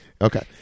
Okay